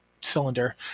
cylinder